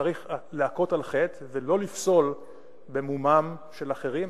צריך להכות על חטא ולא לפסול במומם של אחרים,